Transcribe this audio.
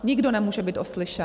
Nikdo nemůže být oslyšen.